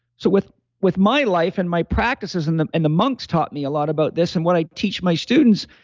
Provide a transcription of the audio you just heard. so with with my life and my practices and the and the monks taught me a lot about this, and what i teach my students,